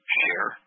share